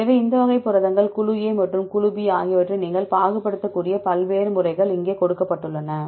எனவே இந்த வகை புரதங்கள் குழு A மற்றும் குழு B ஆகியவற்றை நீங்கள் பாகுபடுத்தக்கூடிய பல்வேறு முறைகள் இங்கே கொடுக்கப்பட்டுள்ளன